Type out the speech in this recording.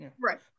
Right